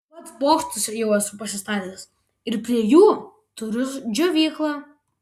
pats bokštus jau esu pasistatęs ir prie jų turiu džiovyklą